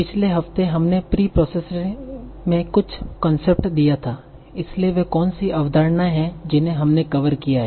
पिछले हफ्ते हमने प्री प्रोसेसिंग में कुछ कॉन्सेप्ट दिया था इसलिए वे कौन सी अवधारणाएँ हैं जिन्हें हमने कवर किया है